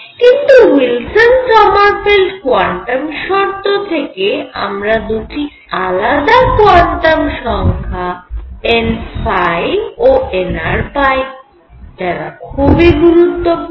কিন্তু Wilson Sommerfeld quantum শর্ত থেকে আমরা দুটি আলাদা কোয়ান্টাম সংখ্যা n ও nr পাই যারা খুবই গুরুত্বপূর্ণ